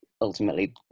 ultimately